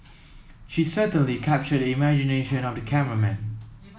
she certainly captured the imagination of the cameraman